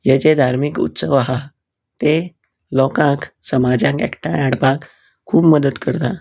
हे जे धार्मीक उत्सव आहा ते लोकांक समाजाक एकठांय हाडपाक खूब मदत करतात